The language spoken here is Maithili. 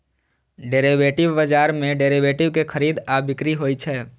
डेरिवेटिव बाजार मे डेरिवेटिव के खरीद आ बिक्री होइ छै